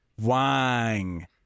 wang